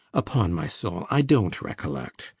upon my soul, i don't recollect.